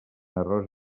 arròs